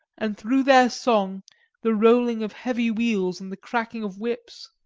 and through their song the rolling of heavy wheels and the cracking of whips